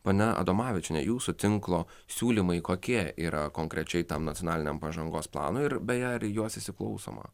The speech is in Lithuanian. ponia adomavičiene jūsų tinklo siūlymai kokie yra konkrečiai tam nacionaliniam pažangos planui ir beje ar į juos įsiklausoma